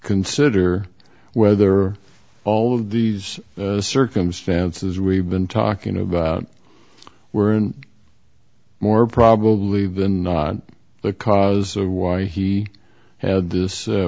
consider whether all of these circumstances we've been talking about were and more probably than not the cause of why he had this